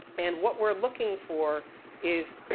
and what we're looking for is